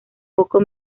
foco